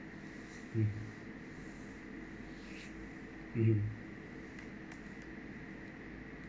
mm mmhmm